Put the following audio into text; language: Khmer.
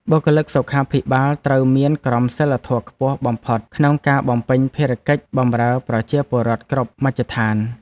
បុគ្គលិកសុខាភិបាលត្រូវមានក្រមសីលធម៌ខ្ពស់បំផុតក្នុងការបំពេញភារកិច្ចបម្រើប្រជាពលរដ្ឋគ្រប់មជ្ឈដ្ឋាន។